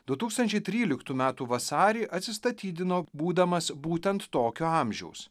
du tūkstančiai tryliktų metų vasarį atsistatydino būdamas būtent tokio amžiaus